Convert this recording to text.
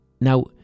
now